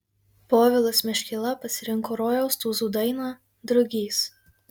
povilas meškėla pasirinko rojaus tūzų dainą drugys